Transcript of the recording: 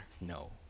No